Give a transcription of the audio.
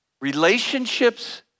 relationships